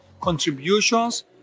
contributions